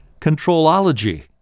Controlology